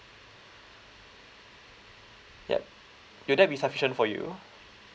yup will that be sufficient for you